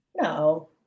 No